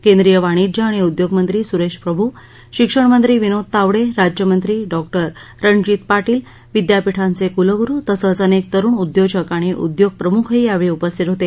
केंद्रीय वाणिज्य आणि उद्योग मंत्री सुरेश प्रभू शिक्षणमंत्री विनोद तावडे राज्यमंत्री डॉक्टर रणजीत पाटील विद्यापीठांचे कुलगुरु तसंच अनेक तरूण उद्योजक आणि उद्योगप्रमुखही यावेळी उपस्थित होते